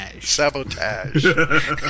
Sabotage